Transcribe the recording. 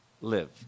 live